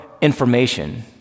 information